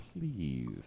please